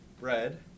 Red